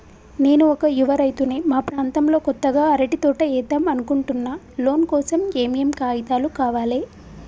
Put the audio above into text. నేను ఒక యువ రైతుని మా ప్రాంతంలో కొత్తగా అరటి తోట ఏద్దం అనుకుంటున్నా లోన్ కోసం ఏం ఏం కాగితాలు కావాలే?